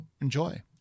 enjoy